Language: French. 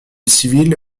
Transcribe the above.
civils